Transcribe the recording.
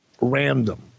random